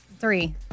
Three